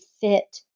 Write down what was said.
fit